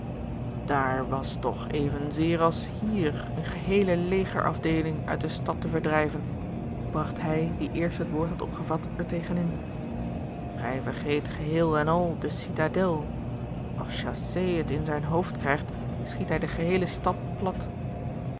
daar was toch evenzeer als hier eene geheele legerafdeeling uit de stad te verdrijven bragt hij die eerst het woord had opgevat er tegen in george een ongeluksvogel gij vergeet geheel en al de citadel als chassé het in zijn hoofd krijgt schiet hij de geheele stad plat